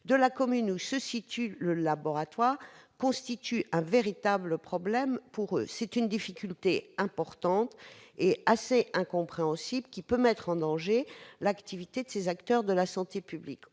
de la commune où se situe le laboratoire constituent un véritable problème pour ces laboratoires. C'est une difficulté importante et assez incompréhensible qui peut mettre en danger l'activité de ces acteurs de la santé publique.